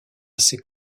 assez